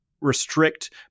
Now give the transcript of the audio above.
restrict